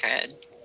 good